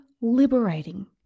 liberating